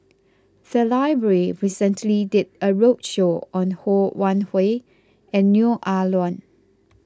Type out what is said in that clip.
the library recently did a roadshow on Ho Wan Hui and Neo Ah Luan